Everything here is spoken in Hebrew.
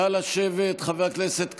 נא לשבת, חבר הכנסת כסיף,